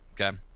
Okay